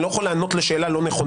אני לא יכול לענות לשאלה לא נכונה.